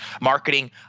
marketing